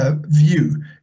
view